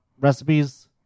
recipes